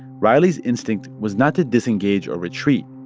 riley's instinct was not to disengage or retreat.